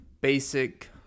basic